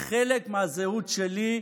היא חלק מהזהות שלי".